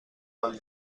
del